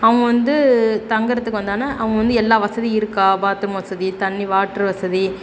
அவங்க வந்து தங்குறதுக்கு வந்தாங்கன்னா அவங்க வந்து எல்லா வசதியும் இருக்கா பாத்ரூம் வசதி தண்ணி வாட்ரு வசதி